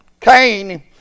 Cain